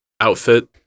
outfit